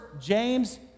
James